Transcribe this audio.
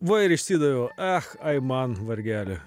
va ir išsidaviau ach aiman vargeli